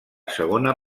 segona